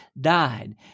died